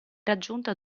raggiunta